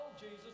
Jesus